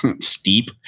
steep